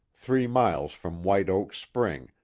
three miles from white oaks spring,